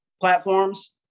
platforms